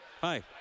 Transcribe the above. Hi